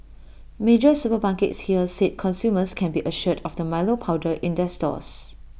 major supermarkets here said consumers can be assured of the milo powder in their stores